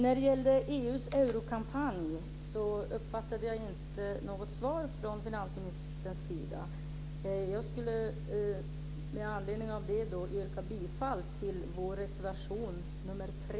Fru talman! Jag uppfattade inte något svar från finansministern på min fråga om EU:s eurokampanj. Med anledning av det vill jag yrka bifall till vår reservation nr 3.